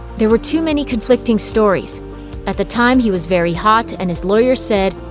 there were too many conflicting stories at the time he was very hot, and his lawyers said,